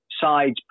sides